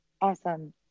Awesome